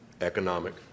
economic